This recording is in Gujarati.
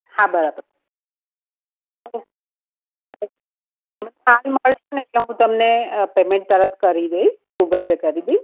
હાં બરાબર માલ મળશે એટલે હું તમને પેમેન્ટ તરત કરી દઇશ ગૂગલ પે કરી દઈશ